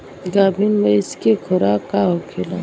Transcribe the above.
गाभिन भैंस के खुराक का होखे?